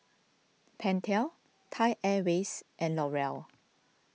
Pentel Thai Airways and L'Oreal